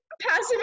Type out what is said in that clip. Passive